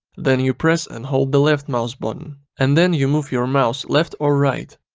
then you press and hold the left mouse button and then you move your mouse left or right,